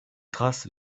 trace